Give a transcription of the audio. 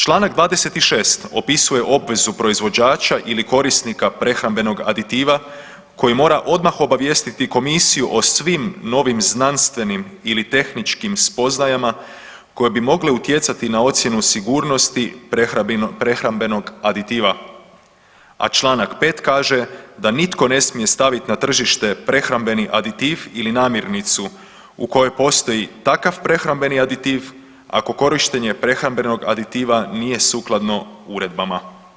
Čl. 26. opisuje obvezu proizvođača ili korisnika prehrambenog aditiva koji mora odmah obavijestiti komisiju o svim novim znanstvenim ili tehničkim spoznajama koje bi mogle utjecati na ocjenu sigurnosti prehrambenog aditiva, a čl. 5. kaže da nitko ne smije stavit na tržište prehrambeni aditiv ili namirnicu u kojoj postoji takav prehrambeni aditiv ako korištenje prehrambenog aditiva nije sukladno uredbama.